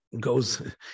goes